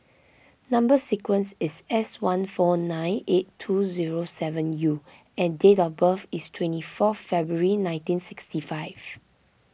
Number Sequence is S one four nine eight two zero seven U and date of birth is twenty four February nineteen sixty five